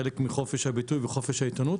חלק מחופש הביטוי וחופש העיתונות.